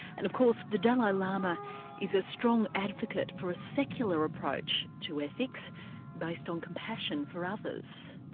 and of course the dalai lama is a strong advocate for a secular approach to ethics based on compassion for others.